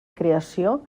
creació